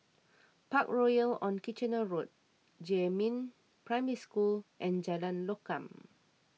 Parkroyal on Kitchener Road Jiemin Primary School and Jalan Lokam